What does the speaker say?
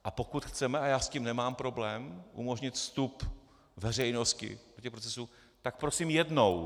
A pokud chceme a já s tím nemám problém umožnit vstup veřejnosti do těch procesů, tak prosím jednou.